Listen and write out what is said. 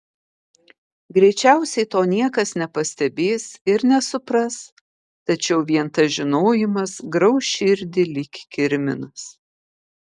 greičiausiai to niekas nepastebės ir nesupras tačiau vien tas žinojimas grauš širdį lyg kirminas